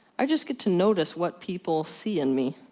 i just get to notice what people see in me.